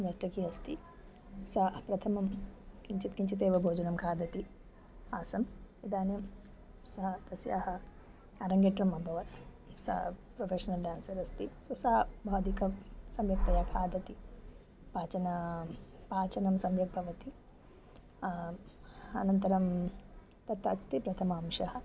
नर्तकी अस्ति सा प्रथमं किञ्चित् किञ्चित् एव भोजनं खादति आसम् इदानीं सः तस्याः अरङ्गेट्रम् अभवत् सा प्रोफ़ेशनल् डान्सर् अस्ति सो सा बहु अधिकं सम्यक्तया खादति पाचनं पाचनं सम्यक् भवति अनन्तरं तथा अस्ति प्रथम अंशः